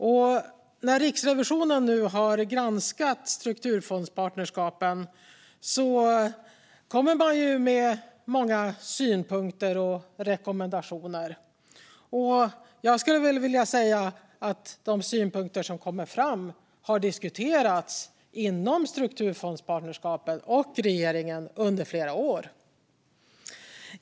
Nu när Riksrevisionen har granskat strukturfondspartnerskapen kommer man med många synpunkter och rekommendationer. Jag skulle dock vilja säga att de synpunkter som kommer fram har diskuterats inom strukturfondspartnerskapen och regeringen under flera år.